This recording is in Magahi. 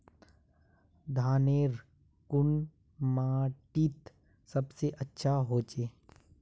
धानेर कुन माटित सबसे अच्छा होचे?